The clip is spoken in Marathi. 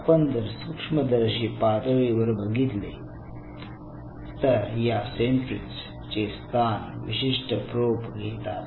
आपण जर सूक्ष्मदर्शी पातळीवर बघितले तरी या सेन्ट्रीज चे स्थान विशिष्ट प्रोब घेतात